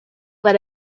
that